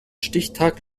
stichtag